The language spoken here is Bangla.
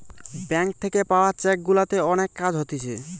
ব্যাঙ্ক থাকে পাওয়া চেক গুলাতে অনেক কাজ হতিছে